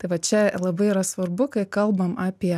tai va čia labai yra svarbu kai kalbam apie